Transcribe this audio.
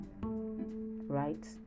right